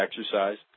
exercise